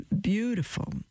beautiful